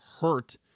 hurt